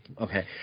okay